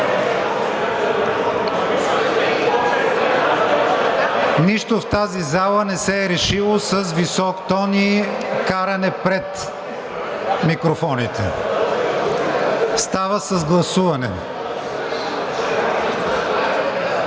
Нищо в тази зала не се е решило с висок тон и каране пред микрофоните – става с гласуване.